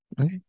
okay